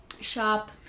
shop